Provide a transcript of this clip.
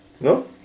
No